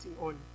on